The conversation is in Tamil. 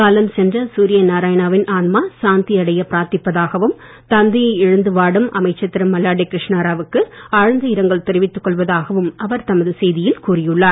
காலம் சென்ற சூரிய நாராயணாவின் ஆன்மா சாந்தி அடைய பிரார்த்திப்பதாகவும் தந்தையை இழந்து வாடும் அமைச்சர் திரு மல்லாடி கிருஷ்ணராவுக்கு ஆழ்ந்த இரங்கல் தெரிவித்துக் கொள்வதாகவும் அவர் தமது செய்தியில் கூறி உள்ளார்